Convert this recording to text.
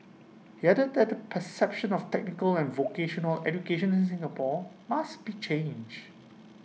he added that the perception of technical and vocational education in Singapore must be changed